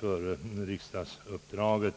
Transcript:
före riksdagsmannauppdraget.